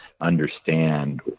understand